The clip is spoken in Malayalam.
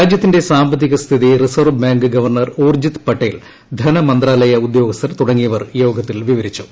രാജ്യത്തിന്റെ സാമ്പത്തിക സ്ഥിതി reserve bank governor Urjit Patel ധനമന്ത്രാലയ ഉദ്യോഗസ്ഥർ തുടങ്ങിയവർ യോഗത്തിൽ വിവരിച്ചു